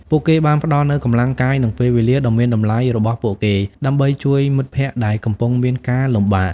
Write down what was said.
ពួកគេបានផ្តល់នូវកម្លាំងកាយនិងពេលវេលាដ៏មានតម្លៃរបស់ពួកគេដើម្បីជួយមិត្តភក្តិដែលកំពុងមានការលំបាក។